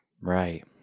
Right